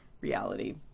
reality